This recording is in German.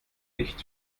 nicht